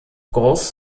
gross